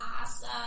awesome